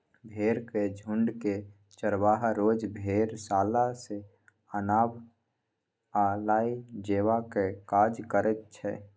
भेंड़क झुण्डकेँ चरवाहा रोज भेड़शाला सँ आनब आ लए जेबाक काज करैत छै